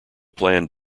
planned